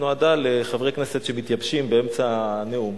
שנועדה לחברי כנסת שמתייבשים באמצע הנאום,